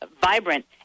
vibrant